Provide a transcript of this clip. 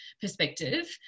perspective